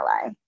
ally